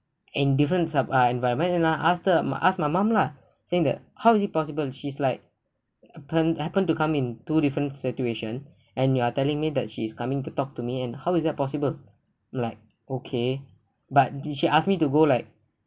in different sub ah environment and I asked her I asked my mum lah saying that how is it possible she's like happen happen to come in two different situation and you are telling me that she is coming to talk to me and how is that possible like okay but did she ask me to go like